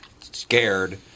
scared